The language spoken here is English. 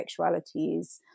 sexualities